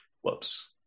whoops